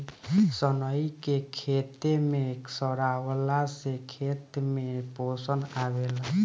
सनई के खेते में सरावला से खेत में पोषण आवेला